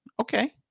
Okay